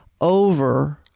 over